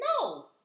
No